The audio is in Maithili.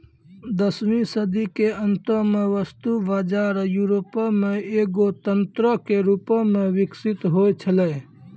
दसवीं सदी के अंतो मे वस्तु बजार यूरोपो मे एगो तंत्रो के रूपो मे विकसित होय छलै